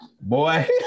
Boy